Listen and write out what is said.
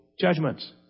judgments